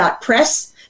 Press